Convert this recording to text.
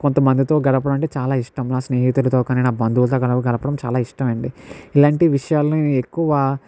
కొంతమందితో గడపడం అంటే చాలా ఇష్టం నా స్నేహితులతో కానీ నా బంధువులతో గాని గడపటం చాలా ఇష్టం అండి ఇలాంటి విషయాలని ఎక్కువ